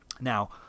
Now